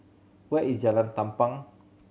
where is Jalan Tampang